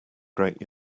great